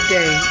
day